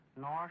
North